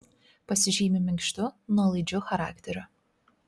pasižymi minkštu nuolaidžiu charakteriu